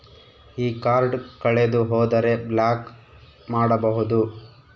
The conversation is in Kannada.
ಈ ಕಾರ್ಡ್ ಕಳೆದು ಹೋದರೆ ಬ್ಲಾಕ್ ಮಾಡಬಹುದು?